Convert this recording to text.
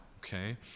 okay